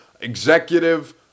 executive